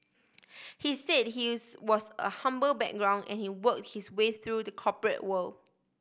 he said his was a humble background and he work his way through the corporate world